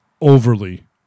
overly